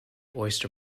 oyster